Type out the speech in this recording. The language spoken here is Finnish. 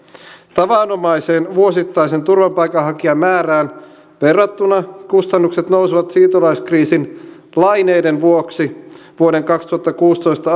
tavanomaiseen vuosittaiseen turvapaikanhakijamäärään verrattuna kustannukset nousevat siirtolaiskriisin laineiden vuoksi vuoden kaksituhattakuusitoista